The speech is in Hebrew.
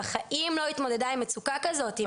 בחיים לא התמודדה עם מצוקה כזאת.